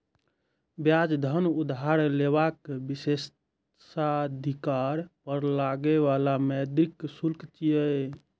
ब्याज धन उधार लेबाक विशेषाधिकार पर लागै बला मौद्रिक शुल्क छियै